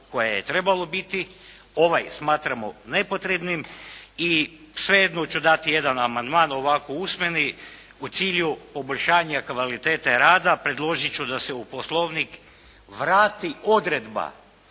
koje je trebalo biti. Ovaj smatramo nepotrebnim. I svejedno ću dati jedan amandman, ovako usmeni u cilju poboljšanja kvalitete rada predložit ću da se u Poslovnik vrati odredba